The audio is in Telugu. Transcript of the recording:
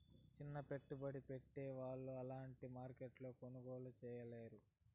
సిన్న పెట్టుబడి పెట్టే వాళ్ళు అలాంటి మార్కెట్లో కొనుగోలు చేయలేరు